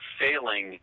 failing